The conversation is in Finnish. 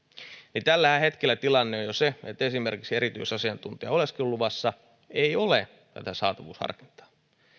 tällä hetkellähän tilanne jo on se että esimerkiksi erityisasiantuntijan oleskeluluvassa ei ole tätä saatavuusharkintaa